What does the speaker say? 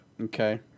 Okay